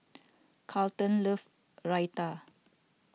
Carlton loves Raita